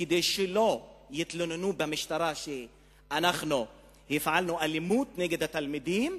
כדי שלא יתלוננו במשטרה שאנחנו הפעלנו אלימות נגד התלמידים,